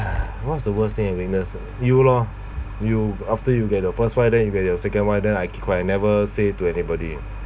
what's the worst day you witness you lor you after you get your first wife then you get your second wife then I keep quiet I never say to anybody